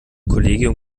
kollegium